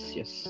yes